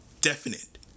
definite